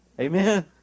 Amen